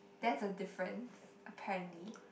that's a difference apparently